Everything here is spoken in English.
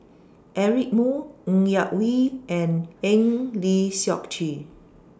Eric Moo Ng Yak Whee and Eng Lee Seok Chee